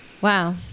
Wow